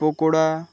pakora